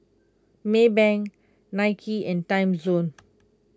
Maybank Nike and Timezone